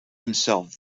himself